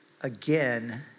again